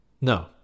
No